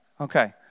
Okay